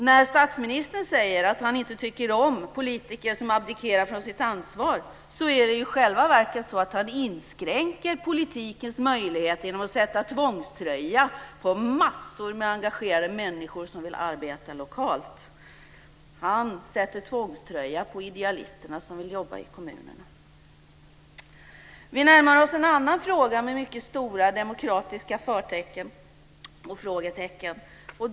När statsministern säger att han inte tycker om politiker som abdikerar från sitt ansvar, är det i själva verket så att han inskränker politikens möjligheter genom att sätta tvångströja på massor av engagerade människor som vill arbeta lokalt. Han sätter tvångströja på idealisterna som vill jobba i kommunerna. Vi närmar oss en annan fråga med mycket stora demokratiska förtecken och frågetecken.